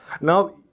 Now